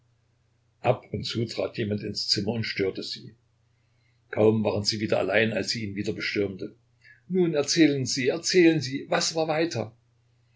ab und zu trat jemand ins zimmer und störte sie kaum waren sie wieder allein als sie ihn wieder bestürmte nun erzählen sie erzählen sie was war weiter